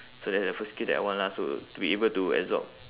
so that's the first skill that I want lah so to be able to absorb